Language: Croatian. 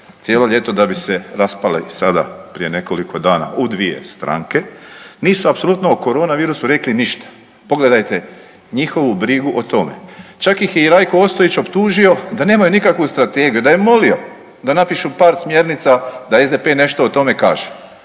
cijelo ljeto da bi se raspale i sada prije nekoliko dana u dvije stranke. Nisu apsolutno o corona virusu rekli ništa. Pogledajte njihovu brigu o tome. Čak ih je i Rajko Ostojić optužio da nemaju nikakvu strategiju. Da je molio da napišu par smjernica da SDP nešto o tome kaže.